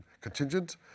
contingent